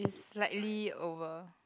slightly over